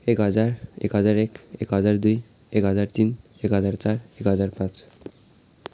एक हजार एक हजार एक एक हजार दुई एक हजार तिन एक हजार चार एक हजार पाँच